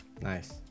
nice